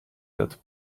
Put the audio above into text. that